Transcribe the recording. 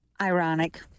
ironic